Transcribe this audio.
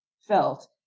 felt